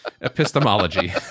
Epistemology